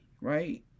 right